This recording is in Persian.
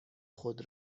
خود